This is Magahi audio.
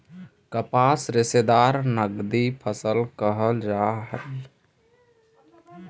कपास रेशादार नगदी फसल कहल जा हई